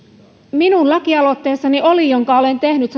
minun lakialoitteessani jonka olen tehnyt